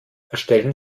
erstellen